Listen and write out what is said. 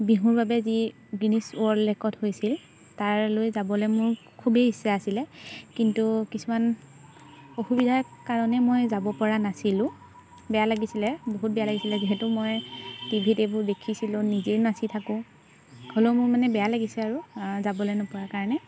বিহুৰ বাবে যি গিনিজ ৱৰ্ল্ড ৰেকৰ্ড হৈছিল তালৈ যাবলৈ মোৰ খুবেই ইচ্ছা আছিলে কিন্তু কিছুমান অসুবিধাৰ কাৰণে মই যাব পৰা নাছিলোঁ বেয়া লাগিছিলে বহুত বেয়া লাগিছিলে যিহেতু মই টি ভিত এইবোৰ দেখিছিলোঁ নিজেও নাচি থাকোঁ হ'লেও মোৰ মানে বেয়া লাগিছে আৰু যাবলৈ নোপোৱাৰ কাৰণে